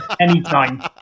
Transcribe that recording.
anytime